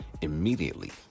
Immediately